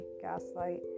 gaslight